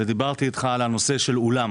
ודיברתי איתך על הנושא של אולם.